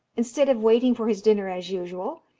instead of waiting for his dinner as usual,